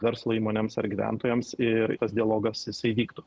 verslo įmonėms ar gyventojams ir tas dialogas jisai vyktų